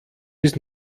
bis